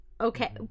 Okay